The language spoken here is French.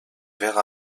verre